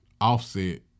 Offset